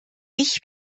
ich